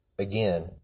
again